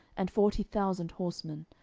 and forty thousand horsemen,